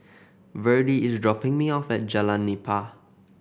Virdie is dropping me off at Jalan Nipah